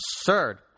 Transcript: absurd